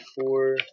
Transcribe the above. four